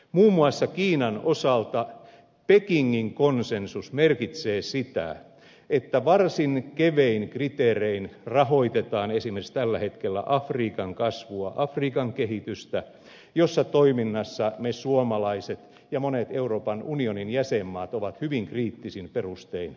muun muassa kiinan osalta pekingin konsensus merkitsee sitä että varsin kevein kriteerein rahoitetaan esimerkiksi tällä hetkellä afrikan kasvua afrikan kehitystä jossa toiminnassa me suomalaiset ja monet euroopan unionin jäsenmaat olemme hyvin kriittisin perustein mukana